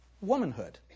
womanhood